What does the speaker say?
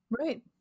right